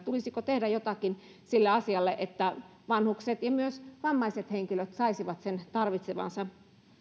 tulisiko tehdä jotakin sille asialle niin että vanhukset ja myös vammaiset henkilöt saisivat sen tarvitsemansa